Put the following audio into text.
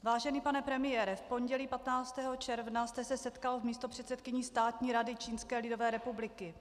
Vážený pane premiére, v pondělí 15. června jste se setkal s místopředsedkyní Státní rady Čínské lidové republiky.